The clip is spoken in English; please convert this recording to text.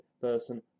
person